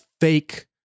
fake